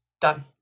done